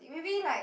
maybe like